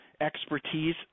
expertise